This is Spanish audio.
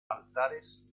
altares